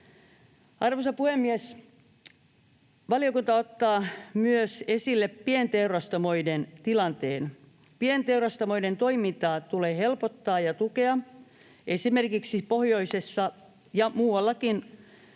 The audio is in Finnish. Arvoisa puhemies! Valiokunta ottaa esille myös pienteurastamoiden tilanteen. Pienteurastamoiden toimintaa tulee helpottaa ja tukea. Esimerkiksi pohjoisessa ja muuallakin